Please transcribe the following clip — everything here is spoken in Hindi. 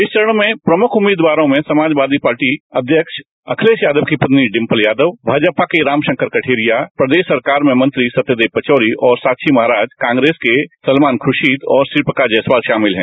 इस चरण में प्रमुख उम्मीदवारों में समाजवादी पार्टी अध्यक्ष अखिलेश यादव की पत्नी डिंपल यादव भाजपा के रामशंकर कठेरिया प्रदेश सरकार में मंत्री सत्यदेव पचौरी और साक्षी महाराज कांग्रेस के सलमान खुर्शीद और श्रीप्रकाश जायसवाल शामिल है